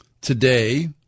Today